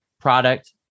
product